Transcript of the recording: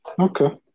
Okay